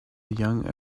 young